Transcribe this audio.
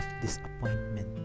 disappointment